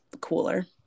cooler